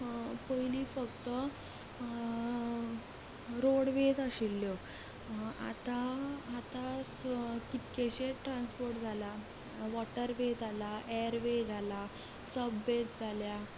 पयलीं फक्त रोडवेज आशिल्ल्यो आतां आतां कितकेशेच ट्रांसपोट जाला वोटरवे जाला एअर वे जाला सब वेज जाल्या